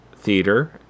theater